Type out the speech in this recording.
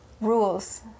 rules